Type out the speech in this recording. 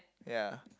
ya